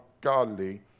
godly